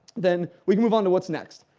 then we can move on to what's next.